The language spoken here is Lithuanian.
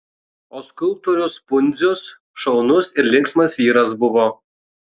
o skulptorius pundzius šaunus ir linksmas vyras buvo